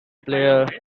player